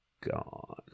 gone